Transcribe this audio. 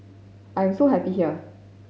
I am so happy here